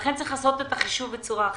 לכן צריך לעשות את החישוב אחרת.